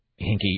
hinky